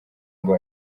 ngo